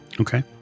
Okay